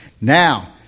Now